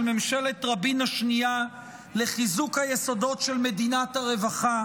ממשלת רבין השנייה לחיזוק היסודות של מדינת הרווחה